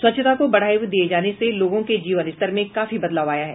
स्वच्छता को बढ़ावा दिए जाने से लोगों के जीवन स्तर में काफी बदलाव आया है